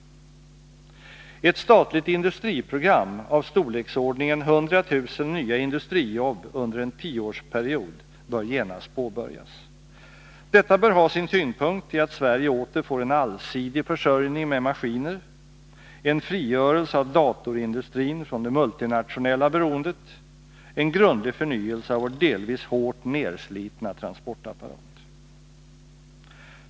Ett statligt industriprogram av storleksordningen 100 000 nya industrijobb under en tioårsperiod bör genast påbörjas. Detta bör ha sin tyngdpunkt i att Sverige åter får en allsidig försörjning med maskiner, en frigörelse av datorindustrin från det multinationella beroendet, en grundlig förnyelse av vår delvis hårt nedslitna transportapparat.